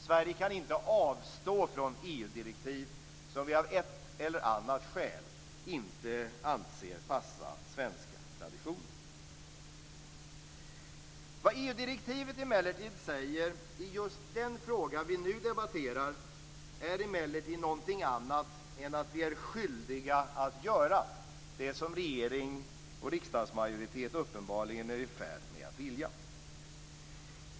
Sverige kan inte avstå från EU-direktiv som vi av ett eller annat skäl inte anser passa svenska traditioner. Vad EU-direktivet säger i just den fråga vi nu debatterar är emellertid någonting annat än att vi är skyldiga att göra det som regering och riksdagsmajoritet är i färd med att genomföra.